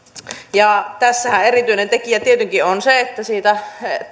tässähän erityinen tekijä tietenkin on se että siitä